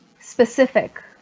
specific